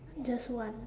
just one